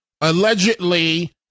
allegedly